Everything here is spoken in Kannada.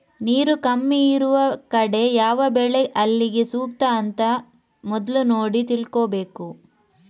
ನೀರು ಕಮ್ಮಿ ಇರುವ ಕಡೆ ಯಾವ ಬೆಳೆ ಅಲ್ಲಿಗೆ ಸೂಕ್ತ ಅಂತ ಮೊದ್ಲು ನೋಡಿ ತಿಳ್ಕೋಬೇಕು